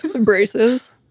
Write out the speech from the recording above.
Braces